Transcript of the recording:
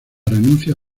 renuncia